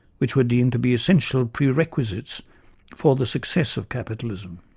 which were deemed to be essential prerequisites for the success of capitalism.